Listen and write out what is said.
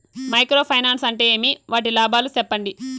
Micro finance అంటే ఏమి? వాటి లాభాలు సెప్పండి?